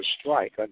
strike